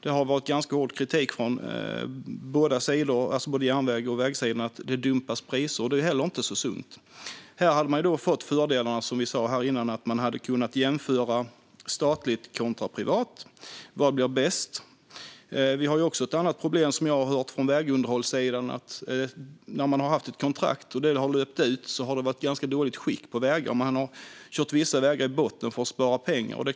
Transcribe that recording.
Det har kommit hård kritik från både järnvägs och vägsidan om att priser dumpas, vilket heller inte är sunt. Som vi sa innan hade fördelen varit att man hade kunnat jämföra statligt och privat. Vad blir bäst? Ett annat problem, som jag har hört från vägunderhållssidan, gäller att när man har haft ett kontrakt och det löpt ut har vägarna varit i ganska dåligt skick. Man har kört vissa vägar i botten för att spara pengar.